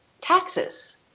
taxes